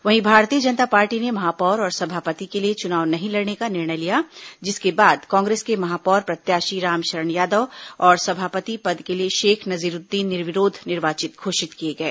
वहीं भारतीय जनता पार्टी ने महापौर और सभापति के लिए चुनाव नहीं लड़ने का निर्णय लिया जिसके बाद कांग्रेस के महापौर प्रत्याशी रामशरण यादव और सभापति पद के लिए शेख नजीरूदीन निर्विरोध निर्वाचित घोषित किए गए